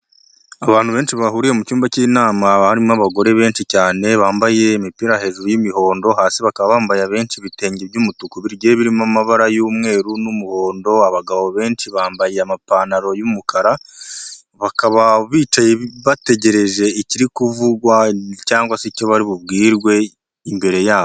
Abantu benshi bahuriye mu cyumba cy'inama, barimo abagore benshi cyane, bambaye imipira hejuru y'imihondo, hasi bakaba bambaye abenshi ibitenge by'umutuku, bigiye birimo amabara y'umweru n'umuhondo, abagabo benshi bambaye amapantaro y'umukara, bakaba bicaye bategereje ikiri kuvugwa cyangwa se icyo bari bubwirwe imbere yabo.